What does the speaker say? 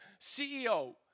CEO